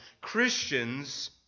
Christians